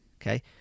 Okay